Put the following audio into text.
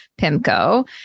PIMCO